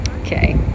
Okay